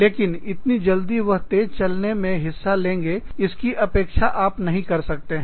लेकिन इतनी जल्दी वह तेज चलने में हिस्सा लेंगे इसकी अपेक्षा आप नहीं कर सकते हो